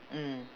mm